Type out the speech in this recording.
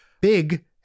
big